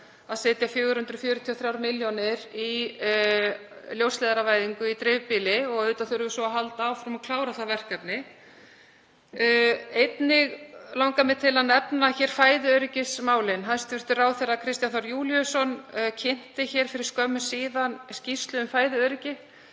að setja 443 milljónir í ljósleiðaravæðingu í dreifbýli og við þurfum að halda áfram og klára það verkefni. Mig langar einnig til að nefna hér fæðuöryggismálin. Hæstv. ráðherra Kristján Þór Júlíusson kynnti hér fyrir skömmu skýrslu um fæðuöryggi.